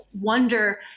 wonder